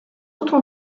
autres